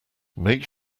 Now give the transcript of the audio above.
make